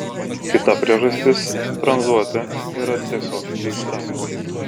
kita priežastis tranzuoti yra tiesiog keista